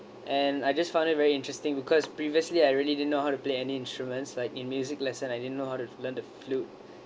and I just found it very interesting because previously I really didn't know how to play any instruments like in music lesson I didn't know how to learn the flute